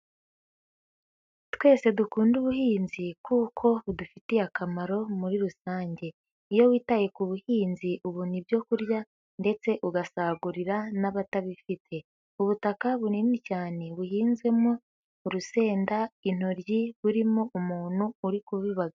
Twese dukunda ubuhinzi kuko budufitiye akamaro muri rusangem, iyo witaye ku buhinzi ubona ibyo kurya ndetse ugasagurira n'abatabifite, ubutaka bunini cyane buhinzemo urusenda, intoryi burimo umuntu uri kubiba....